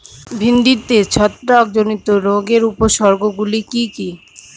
ভিন্ডিতে ছত্রাক জনিত রোগের উপসর্গ গুলি কি কী?